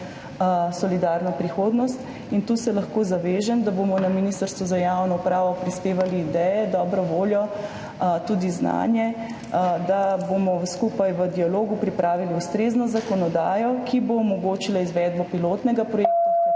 solidarno prihodnost – da bomo na Ministrstvu za javno upravo prispevali ideje, dobro voljo, tudi znanje, da bomo skupaj v dialogu pripravili ustrezno zakonodajo, ki bo omogočila izvedbo pilotnega projekta, h kateremu